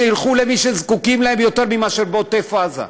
שילכו למי שזקוק להן יותר מאשר בעוטף עזה.